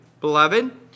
beloved